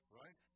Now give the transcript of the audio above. right